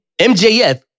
MJF